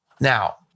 Now